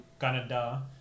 Canada